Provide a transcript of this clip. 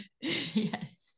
Yes